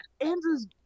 Andrew's